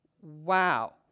Wow